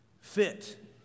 Fit